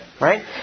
Right